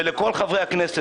ולכל חברי הכנסת.